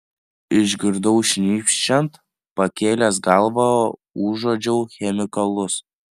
išgirdau šnypščiant pakėlęs galvą užuodžiau chemikalus